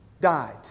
died